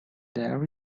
there